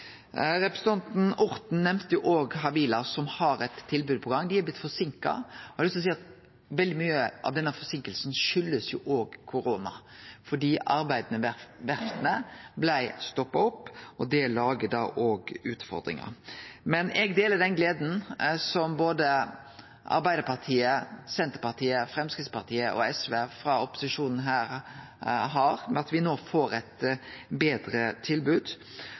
Representanten Orten nemnde òg Havila, som har eit tilbod på gang. Dei har blitt forseinka. Eg har lyst til å seie at veldig mykje av denne forseinkinga kjem av korona, fordi arbeidet ved verfta stoppa opp, og det lagar utfordringar. Men eg deler den gleda som både Arbeidarpartiet, Senterpartiet, Framstegspartiet og SV frå opposisjonen her har over at vi no får eit betre tilbod.